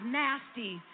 nasty